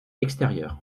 extérieur